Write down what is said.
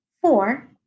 Four